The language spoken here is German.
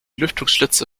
lüftungsschlitze